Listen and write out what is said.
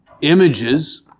images